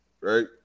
Right